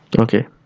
Okay